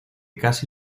casi